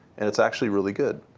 and it's actually really good.